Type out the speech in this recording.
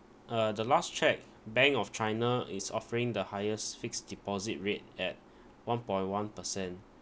uh the last check bank of china is offering the highest fixed deposit rate at one point one per cent